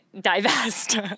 divest